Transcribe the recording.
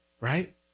right